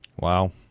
Wow